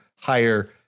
higher